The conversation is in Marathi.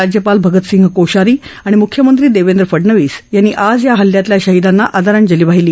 राज्यपाल भगतसिंग कोश्यारी आणि मुख्यमंत्री देवेंद्र फडनवीस यांनी आज या हल्ल्यातल्या शहीदांना आदरांजली वाहिली